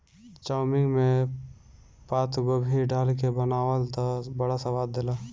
chowmein में पातगोभी डाल के बनावअ तअ बड़ा स्वाद देला